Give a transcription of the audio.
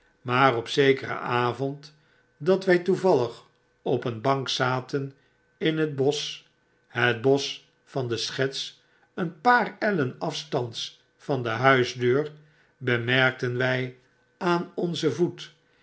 maar op zekeren avond dat wy toevallig op een bank zaten in het bosch het bosch van de schets een paar ellen afstands van de huisdeur bemerkten wy aan onzen voet